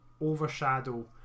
overshadow